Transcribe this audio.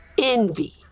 envy